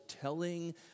telling